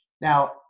Now